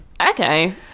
okay